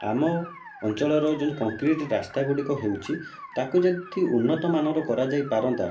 ଆମ ଅଞ୍ଚଳର ଜଣେ କଂକ୍ରିଟ ରାସ୍ତା ଗୁଡ଼ିକ ହେଉଛି ତାକୁ ଯଦି ଉନ୍ନତମାନର କରାଯାଇ ପାରନ୍ତା